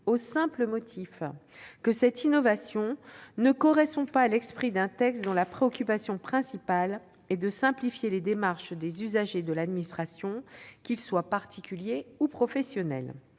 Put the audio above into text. au simple motif que cette innovation « ne correspond pas à l'esprit d'un texte dont la préoccupation principale est de simplifier les démarches des usagers de l'administration, qu'ils soient particuliers ou professionnels